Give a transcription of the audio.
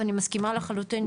ואני מסכימה לחלוטין,